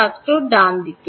শিক্ষার্থী ডানদিকে